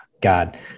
God